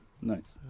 nice